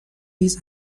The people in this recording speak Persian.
نیز